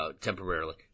temporarily